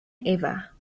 ever